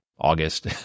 August